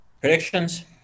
Predictions